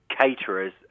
Caterers